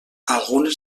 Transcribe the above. algunes